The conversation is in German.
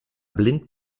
blind